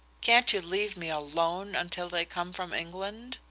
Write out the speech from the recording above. can't you leave me alone until they come from england?